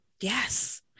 Yes